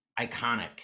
iconic